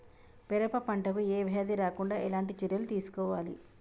పెరప పంట కు ఏ వ్యాధి రాకుండా ఎలాంటి చర్యలు తీసుకోవాలి?